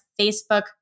Facebook